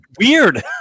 weird